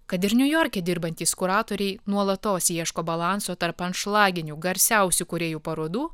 kad ir niujorke dirbantys kuratoriai nuolatos ieško balanso tarp anšlaginių garsiausių kūrėjų parodų